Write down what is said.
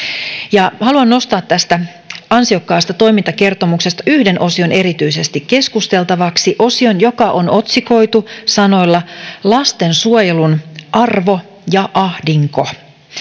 haluan nostaa tästä ansiokkaasta toimintakertomuksesta yhden osion erityisesti keskusteltavaksi osion joka on otsikoitu sanoilla lastensuojelun arvo ja ahdinko